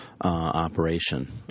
operation